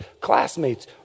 classmates